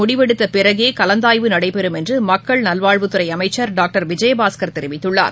முடிவெடுத்தபிறகேகலந்தாய்வு நடைபெறும் என்றுமக்கள் நல்வாழ்வுத்துறைஅமைச்சர் டாக்டர் விஐயபாஸ்கர் தெரிவித்துள்ளார்